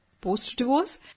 Post-divorce